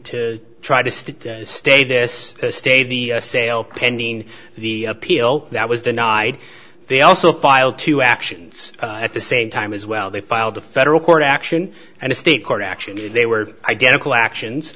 to try to stay this stay the sale pending the appeal that was denied they also filed two actions at the same time as well they filed a federal court action and a state court action they were identical actions